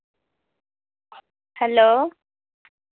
hello